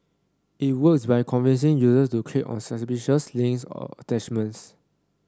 it works by convincing users to click on suspicious links or attachments